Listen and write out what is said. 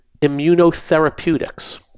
immunotherapeutics